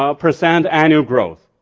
ah percent annual growth.